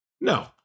No